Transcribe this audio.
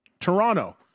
Toronto